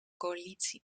coalitie